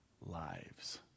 lives